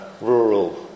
rural